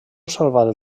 salvat